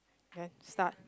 then start